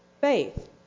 faith